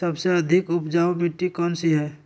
सबसे अधिक उपजाऊ मिट्टी कौन सी हैं?